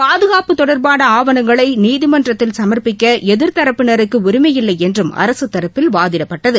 பாதுகாப்பு தொடர்பான ஆவணங்களை நீதிமன்றத்தில் சமர்ப்பிக்க எதிர்தரப்பினருக்கு உரிமையில்லை என்றும் அரசு தரப்பில் வாதிடப்பட்டது